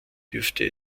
dürfte